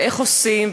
ואיך עושים.